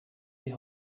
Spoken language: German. die